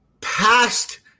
past